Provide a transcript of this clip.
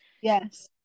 yes